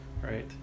right